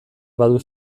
badu